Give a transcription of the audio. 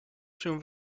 się